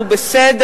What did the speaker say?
הוא בסדר.